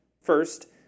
First